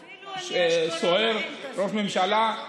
סוהר, ראש ממשלה.